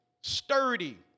sturdy